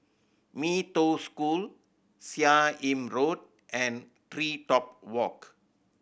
Mee Toh School Seah Im Road and TreeTop Walk